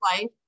life